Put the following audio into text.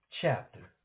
chapter